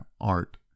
art